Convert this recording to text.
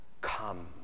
come